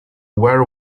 where